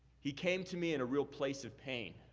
he came to me in a real place of pain.